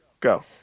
Go